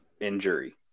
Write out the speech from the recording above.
injury